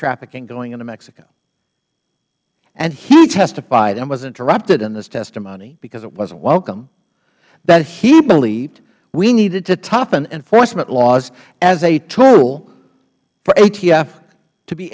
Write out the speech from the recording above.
trafficking going into mexico and he testified and was interrupted in this testimony because it wasn't welcome that he believed we needed to toughen enforcement laws as a tool for atf to be